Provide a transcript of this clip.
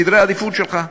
סדרי עדיפויות שלך.